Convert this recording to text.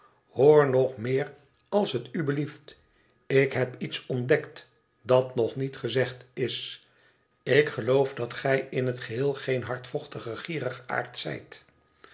hoor nog meer als t u blieft ik heb iets ontdekt dat nog niet gezegd is ik geloof dat gij in t geheel geen hardvochtige gierigaard zijt